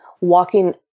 walking